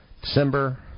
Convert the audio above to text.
December